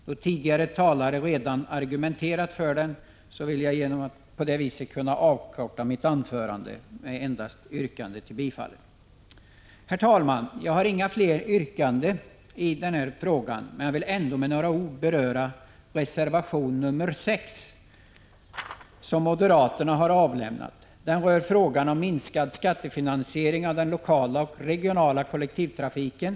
Då tidigare talare redan har argumenterat för reservationerna, kan jag genom att bara yrka bifall till dem avkorta mitt anförande. Herr talman! Jag har inga fler yrkanden, men vill ändå med några ord 41 beröra reservation nr 6, som moderaterna har avlämnat. Den gäller frågan om minskad skattefinansiering av den lokala och regionala kollektivtrafiken.